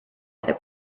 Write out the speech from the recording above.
other